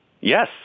Yes